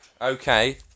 Okay